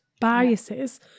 biases